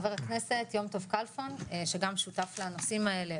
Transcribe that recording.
חבר הכנסת יום טוב כלפון שגם שותף לנושאים האלה,